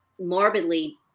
morbidly